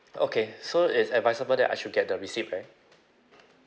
okay so it's advisable that I should get the receipt right